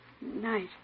Night